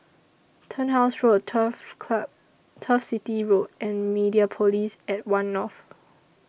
Turnhouse Road Turf corn Turf City Road and Mediapolis At one North